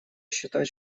считать